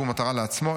שהוא מטרה לעצמו,